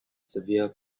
severe